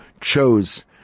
chose